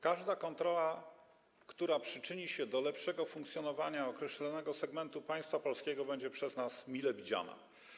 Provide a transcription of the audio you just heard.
Każda kontrola, która przyczyni się do lepszego funkcjonowania określonego segmentu państwa polskiego, będzie przez nas mile widziana.